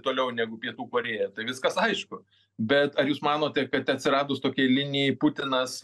toliau negu pietų korėja tai viskas aišku bet ar jūs manote kad atsiradus tokiai linijai putinas